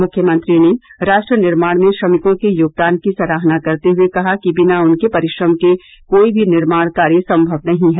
मुख्यमंत्री ने राष्ट्र निर्माण में श्रमिकों के योगदान की सराहना करते हुए कहा कि बिना उनके परिश्रम के कोई भी निर्माण कार्य सम्मव नही है